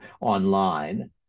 online